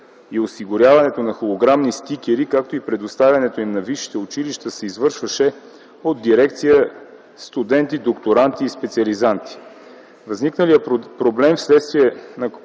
и осигуряването на холограмни стикери, както и предоставянето им на висшите училища, се извършваше от Дирекция „Студенти, докторанти и специализанти”. Възникналият проблем, вследствие на